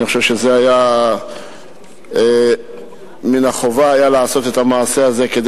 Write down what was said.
אני חושב שמן החובה היה לעשות את המעשה הזה כדי